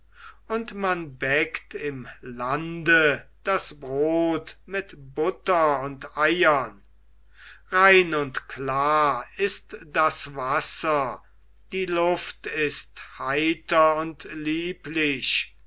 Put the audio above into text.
und man bäckt im lande das brot mit butter und eiern rein und klar ist das wasser die luft ist heiter und lieblich